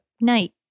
night